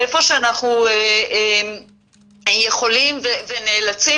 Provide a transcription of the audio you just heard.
איפה שאנחנו יכולים ונאלצים,